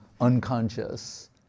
unconscious